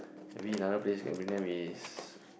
maybe another place we can bring them is